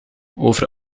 over